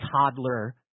toddler